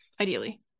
Ideally